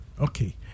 okay